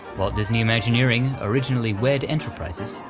walt disney imagineering, originally wed enterprises,